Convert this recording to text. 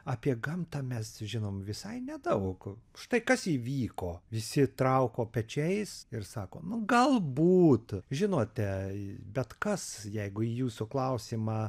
apie gamtą mes žinom visai nedaug štai kas įvyko visi trauko pečiais ir sako nu galbūt žinote bet kas jeigu į jūsų klausimą